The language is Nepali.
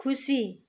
खुसी